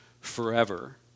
forever